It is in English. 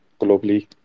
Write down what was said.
globally